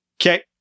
Okay